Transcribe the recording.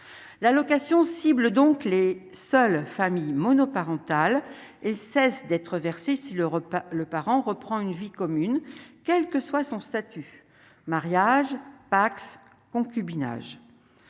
l'allocation cible donc les seules familles monoparentales et cesse d'être versés si l'Europe le parent reprend une vie commune, quel que soit son statut Mariage, Pacs, concubinage,